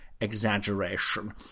exaggeration